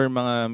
mga